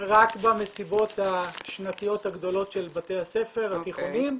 רק במסיבות השנתיות הגדולות של בתי הספר התיכוניים,